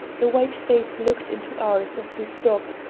the white face looked into ours as we stopped,